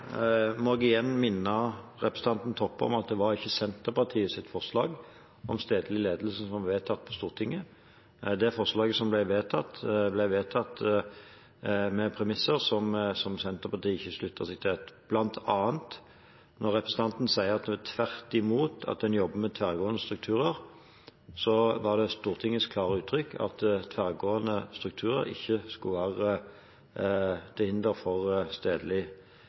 må jeg igjen minne representanten Toppe om at det ikke var Senterpartiets forslag om stedlig ledelse som ble vedtatt på Stortinget. Det forslaget som ble vedtatt, ble vedtatt med premisser som Senterpartiet ikke sluttet seg til, bl.a. når det gjelder det representanten Toppe sier om at en tvert imot jobber med tverrgående strukturer. Da uttrykte Stortingets klart at tverrgående strukturer ikke skulle være til hinder for stedlig